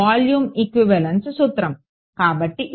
volume equivalence సూత్రం కాబట్టి ఇది